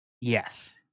yes